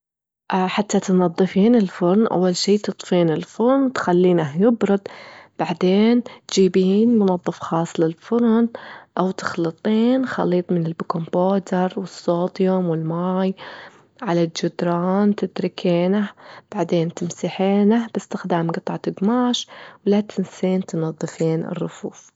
حتى تنضفين الفرن، أول شي تطفين الفرن، تخلينه يبرد، بعدين تجيبين منضف خاص للفرن، أو تخلطين خليط من البيكنج بودر والصوديوم والماي على الجدران تتركينه، بعدين تمسحينه باستخدام جطعة جماش، لا تنسين تنظفين الرفوف.